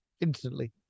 instantly